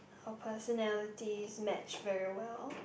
her personalities match very well